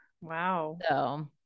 Wow